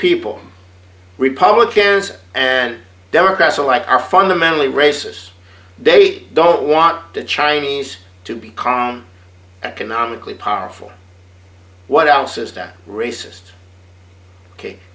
people republicans and democrats alike are fundamentally racists they don't want the chinese to become economically powerful what else is that racist